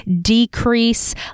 decrease